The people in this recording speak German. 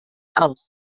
auch